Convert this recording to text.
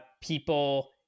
people